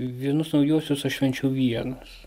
vienus naujuosius aš švenčiau vienas